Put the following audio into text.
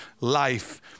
life